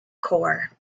core